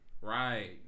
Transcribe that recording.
Right